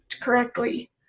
correctly